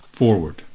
Forward